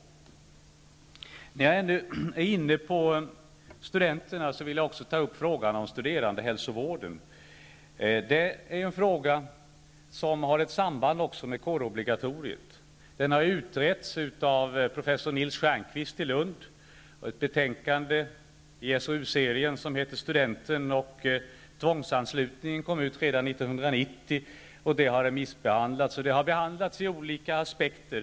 När jag ändå är inne på studenterna vill jag också ta upp frågan om studerandehälsovården. Det är en fråga som har samband med kårobligatoriet. Den har utretts av professor Nils Stjernquist i Lund, och ett betänkande i SoU-serien som heter Studenten och tvångsanslutning och som kom ut redan 1990 har remissbehandlats i olika aspekter.